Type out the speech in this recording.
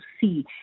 see